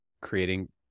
creating